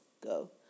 go